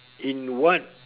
in what